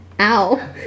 Ow